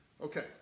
Okay